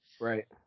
right